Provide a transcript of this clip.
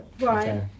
Right